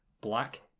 black